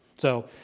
so,